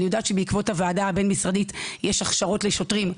אני יודעת שבעקבות הוועדה הבין משרדית יש הכשרות לשוטרים,